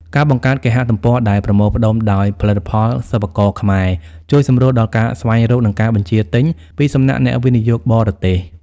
ការបង្កើតគេហទំព័រដែលប្រមូលផ្ដុំដោយផលិតផលសិប្បករខ្មែរ ជួយសម្រួលដល់ការស្វែងរក និងការបញ្ជាទិញពីសំណាក់អ្នកវិនិយោគបរទេស។